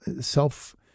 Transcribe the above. self